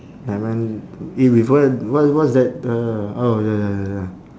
ya man eat before what what's that uh oh ya ya ya ya